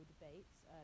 debates